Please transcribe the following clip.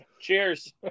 cheers